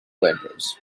vendors